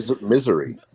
Misery